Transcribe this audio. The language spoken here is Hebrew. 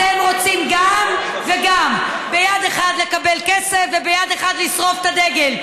אתם רוצים גם וגם: ביד אחת לקבל כסף וביד אחת לשרוף את הדגל.